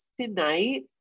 tonight